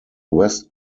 west